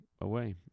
away